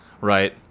Right